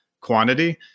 quantity